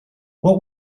what